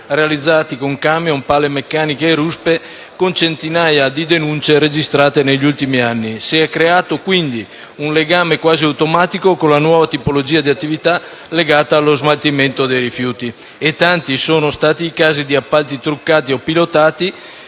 realizzati con camion, pale meccaniche e ruspe, con centinaia di denunce registrate negli ultimi anni. Si è creato, quindi, un legame quasi automatico con la nuova tipologia di attività legata allo smaltimento dei rifiuti e tanti sono stati i casi di appalti truccati o pilotati